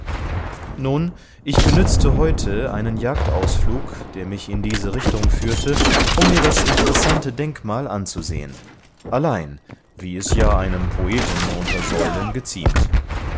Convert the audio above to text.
nun ich benützte heute einen jagdausflug der mich in diese richtung führte um mir das interessante denkmal anzusehen allein wie es ja einem poeten unter säulen geziemt